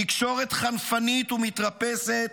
תקשורת חנפנית ומתרפסת